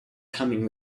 coming